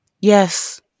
yes